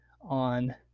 on